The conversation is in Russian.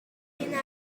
ольга